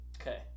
Okay